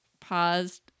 paused